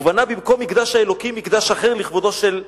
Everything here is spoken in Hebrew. ובנה במקום מקדש האלוקים מקדש אחר לכבודו של"